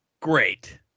great